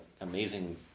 amazing